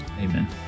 Amen